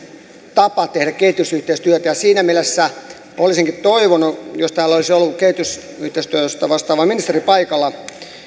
tapa tehdä kehitysyhteistyötä siinä mielessä olisinkin toivonut että täällä olisi ollut kehitysyhteistyöstä vastaava ministeri paikalla